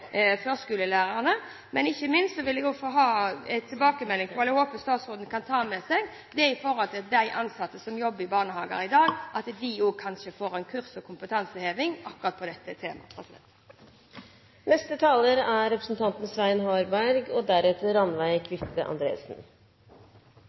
førskolelærerne. Ikke minst håper jeg statsråden kan ta dette med seg også når det gjelder de som arbeider i barnehagene i dag, at de også kan få ta kurs og få kompetanseheving akkurat på dette temaet. Dette er